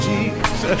Jesus